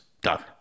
Done